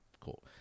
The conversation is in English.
Cool